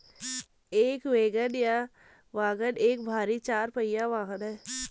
एक वैगन या वाग्गन एक भारी चार पहिया वाहन है